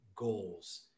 Goals